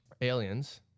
Aliens